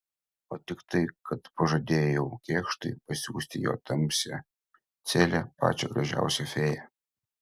o tik tai kad pažadėjau kėkštui pasiųsti į jo tamsią celę pačią gražiausią fėją